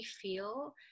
feel